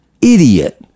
idiot